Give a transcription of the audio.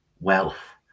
wealth